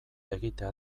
egitea